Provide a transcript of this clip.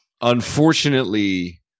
unfortunately